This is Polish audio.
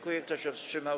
Kto się wstrzymał?